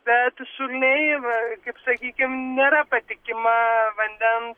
bet šuliniai v kaip sakykim nėra patikima vandens